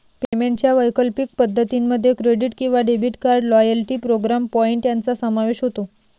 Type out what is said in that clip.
पेमेंटच्या वैकल्पिक पद्धतीं मध्ये क्रेडिट किंवा debit card, loyalty program point यांचा समावेश होतो